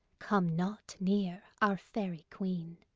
come not near our fairy queen.